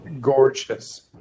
gorgeous